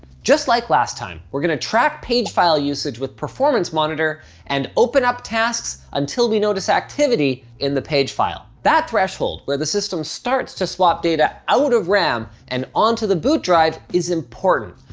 just like last time, we're gonna track page file usage with performance monitor and open up tasks until we notice activity in the page file. that threshold where the system starts to swap data out of ram and onto the boot drive is important.